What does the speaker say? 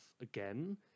again